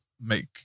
make